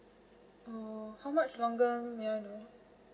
oh how much longer may I know